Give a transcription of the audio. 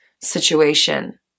situation